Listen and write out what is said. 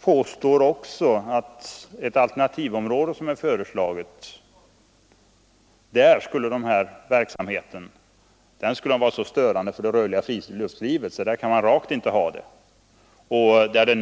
påstår också att denna verksamhet i ett alternativområde som är föreslaget skulle vara så störande för det rörliga friluftslivet att man rakt inte kan förlägga den dit.